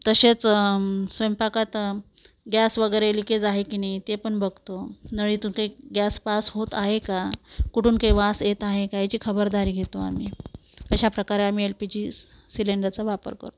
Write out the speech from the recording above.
तसेच स्वयंपाकात गॅस वगैरे लिकेज आहे की नाही ते पण बघतो नळीतून ते गॅस पास होत आहे का कुठून काही वास येत आहे का याची खबरदारी घेतो आम्ही अशाप्रकारे आम्ही एल पी जी सिलेंडरचा वापर करतो